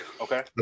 okay